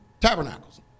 Tabernacles